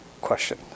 question